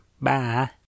Bye